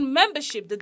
membership